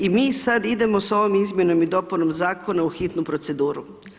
I mi sad idemo s ovom izmjenom i dopunom zakona u hitnu proceduru.